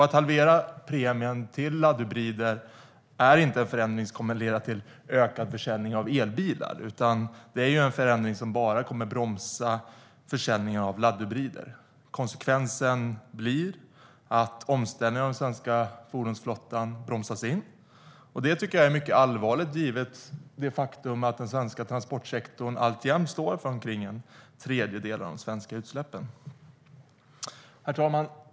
Att halvera premien för köp av laddhybrider är inte en förändring som kommer att leda till ökad försäljning av elbilar, utan det är en förändring som bara kommer att bromsa försäljningen av laddhybrider. Konsekvensen blir att omställningen av den svenska fordonsflottan bromsas in. Det tycker jag är mycket allvarligt givet det faktum att den svenska transportsektorn alltjämt står för omkring en tredjedel av de svenska utsläppen. Herr talman!